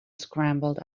scrambled